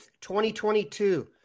2022